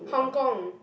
Hong Kong